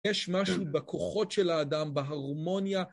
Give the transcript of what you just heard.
יש משהו בכוחות של האדם, בהרמוניה.